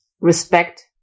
respect